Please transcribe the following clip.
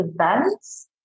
events